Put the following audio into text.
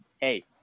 Hey